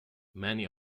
many